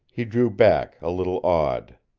he drew back a little awed.